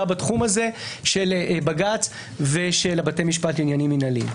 בתחום הזה של בג"ץ ושל בתי המשפט לעניינים מינהליים.